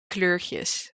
kleurtjes